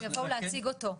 והם יבואו להציג אותו.